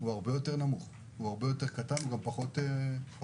הוא הרבה יותר נמוך, יותר קטן ופחות ארוחות.